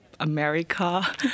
America